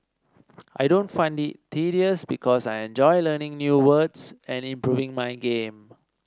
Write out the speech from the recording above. I don't find it tedious because I enjoy learning new words and improving my game